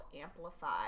Amplify